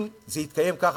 אם זה התקיים כך,